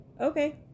okay